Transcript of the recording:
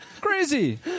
crazy